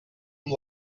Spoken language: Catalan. amb